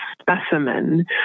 specimen